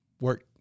work